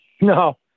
No